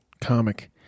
comic